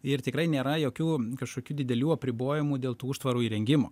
ir tikrai nėra jokių kažkokių didelių apribojimų dėl tų užtvarų įrengimo